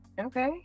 okay